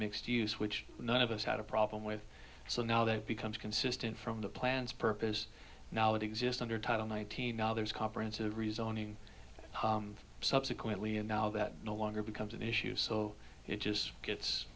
mixed use which none of us had a problem with so now that becomes consistent from the plans purpose now exist under title nineteen dollars comprehensive rezoning subsequently and now that no longer becomes an issue so it just gets